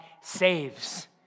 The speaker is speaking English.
saves